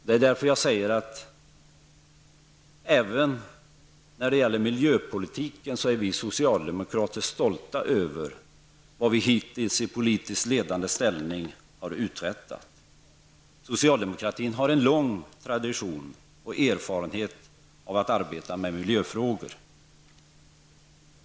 Det är därför som jag säger att vi socialdemokrater även när det gäller miljöpolitiken är stolta över vad vi hittills i politiskt ledande ställning har uträttat. Socialdemokratin har en lång tradition och erfarenhet av arbete med miljöfrågor.